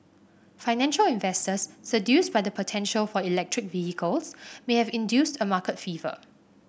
financial investors seduced by the potential for electric vehicles may have induced a market fever